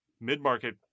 Mid-market